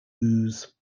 ouse